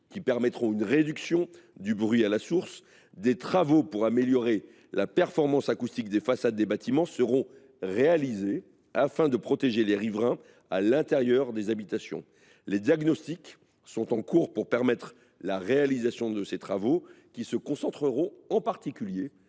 qui permettront une réduction du bruit à la source, des travaux pour améliorer la performance acoustique des façades des bâtiments seront réalisés afin de protéger les riverains à l’intérieur des habitations. Les diagnostics sont en cours pour permettre la réalisation de ces travaux qui se concentreront en particulier